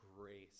grace